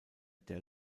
der